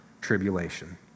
tribulation